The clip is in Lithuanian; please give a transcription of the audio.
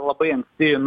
labai anksti